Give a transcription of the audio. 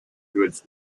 goods